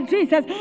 Jesus